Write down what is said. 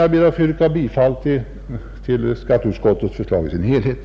Jag ber att få yrka bifall till skatteutskottets förslag i dess helhet.